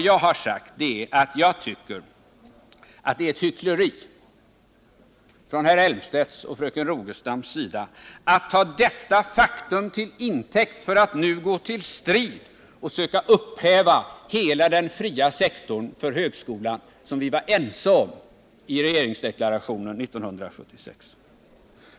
Jag tycker att det är ett hyckleri från Claes Elmstedts och Christina Rogestams sida att ta detta faktum till intäkt för att nu gå till strid och söka upphäva den fria sektorn för högskolan, vilken vi var ense om i regeringsdeklarationen 1976.